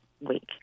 week